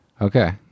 Okay